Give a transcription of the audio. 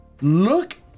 Look